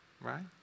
Right